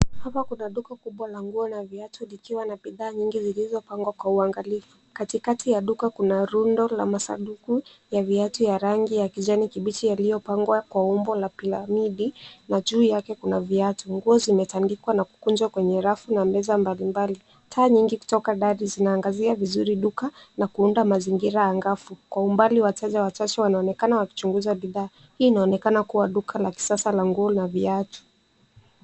Hapa kuna duka kubwa la nguo na viatu likiwa na bidhaa nyingi zilizopangwa kwa uangalifu. Katikati ya duka kuna rundo la masanduku ya viatu ya rangi ya kijai kibichi yaliyopangwa kwa umbo la piramidi na juu yake kuna viatu. Nguo zimetandikwa na kukunjwa kwenye rafu na meza mbalimbali. Taa nyingi kutoka dari, zinaangazia vizuri duka na kuunda mazingira anga'vu. Kwa umbali, wateja wachache wanaonekana wakichunguza bidhaa. Hii inaonekana kuwa duka la kisasa la nguo na viatu.